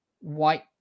white